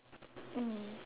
mm